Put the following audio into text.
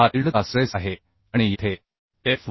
हा ईल्ड चा स्ट्रेस आहे आणि येथे एफ